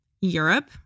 Europe